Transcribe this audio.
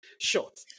short